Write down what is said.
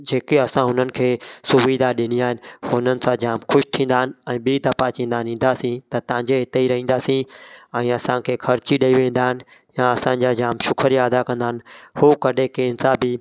जेके असां हुननि खे सुविधा ॾिनी आन हुननि सां जामु ख़ुशि थींदा आहिनि ऐं ॿी दफ़ा चवंदा आहिनि ईंदासीं त तव्हांजे हिते ई रहंदासीं ऐं असांखे ख़र्ची ॾई वेंदा आहिनि या असांजा जामु शुक्रिया अदा कंदा आहिनि हू कॾहिं कंहिं सां बि